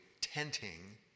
tenting